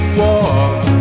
walk